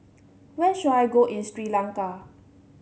where should I go in Sri Lanka